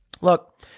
Look